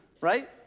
right